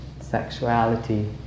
sexuality